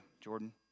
Jordan